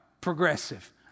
progressive